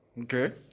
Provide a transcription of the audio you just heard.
Okay